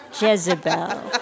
Jezebel